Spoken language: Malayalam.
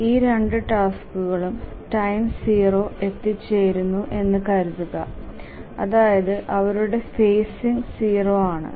ഈ രണ്ട് ടാസ്കുകളും ടൈം 0 എത്തിച്ചേരുന്നു എന്നു കരുതുക അതായത് അവരുടെ ഫേസിംഗ് 0 ആണ്